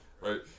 right